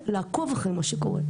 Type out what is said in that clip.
של ההכתבות,